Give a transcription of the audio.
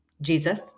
Jesus